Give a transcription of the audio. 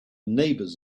neighbors